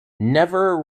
never